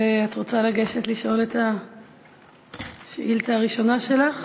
את רוצה לגשת לשאול את השאילתה הראשונה שלך,